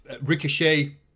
Ricochet